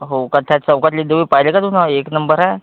हो का त्या चौकातली देवी पाहिली का तूनं एक नंबर आहे